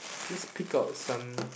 let's pick out some